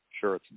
Sure